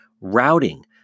routing